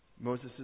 Moses